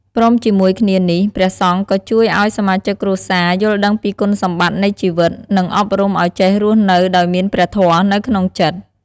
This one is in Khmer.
ព្រមជាមួយគ្នានេះ ព្រះសង្ឃក៏ជួយឲ្យសមាជិកគ្រួសារ យល់ដឹងពីគុណសម្បត្តិនៃជីវិត និងអប់រំឲ្យចេះរស់នៅដោយមានព្រះធម៌នៅក្នុងចិត្ត